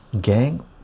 Gang